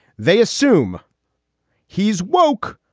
they assume he's woak,